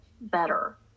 better